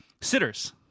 Sitters